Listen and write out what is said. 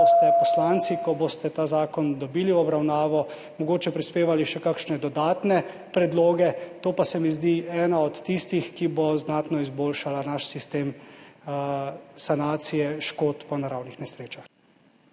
boste poslanci, ko boste ta zakon dobili v obravnavo, mogoče prispevali še kakšne dodatne predloge, se mi pa zdi to ena od tistih [možnosti], ki bo znatno izboljšala naš sistem sanacije škod po naravnih nesrečah.